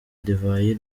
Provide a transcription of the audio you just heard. divayi